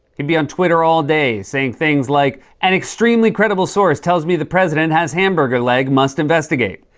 he'd be on twitter all day saying things like, an extremely credible source tells me the president has hamburger leg. must investigate!